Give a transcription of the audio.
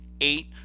eight